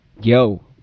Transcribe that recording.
yo